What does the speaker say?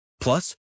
Plus